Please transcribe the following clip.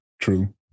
true